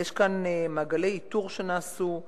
אז יש כאן מעגלי איתור שנעשו.